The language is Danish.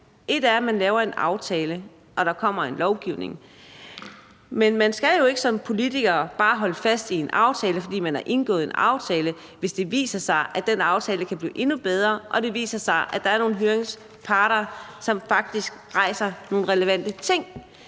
er, at man laver en aftale, og at der kommer en lovgivning, men man skal jo ikke som politiker bare holde fast i en aftale, fordi man har indgået en aftale, hvis det viser sig, at den aftale kan blive endnu bedre, og det viser sig, at der er nogle høringsparter, som faktisk rejser nogle relevante ting.